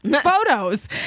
Photos